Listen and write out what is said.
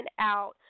out